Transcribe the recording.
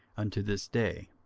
unto this day.